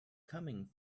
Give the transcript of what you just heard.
coming